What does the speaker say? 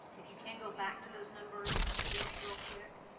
if you can go back to those numbers, just real quick.